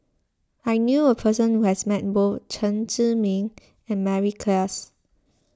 I knew a person who has met both Chen Zhiming and Mary Klass